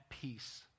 peace